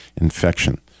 infection